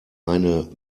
eine